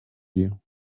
you